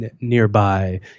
nearby